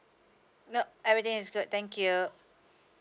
nope everything is good thank you